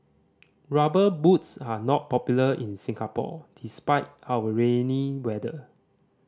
Rubber Boots are not popular in Singapore despite our rainy weather